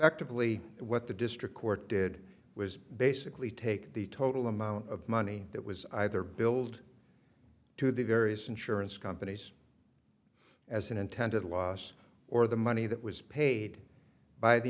effectively what the district court did was basically take the total amount of money that was either billed to the various insurance companies as an intended loss or the money that was paid by the